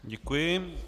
Děkuji.